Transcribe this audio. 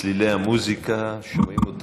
צלילי המוזיקה, שומעים אותם.